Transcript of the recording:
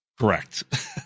Correct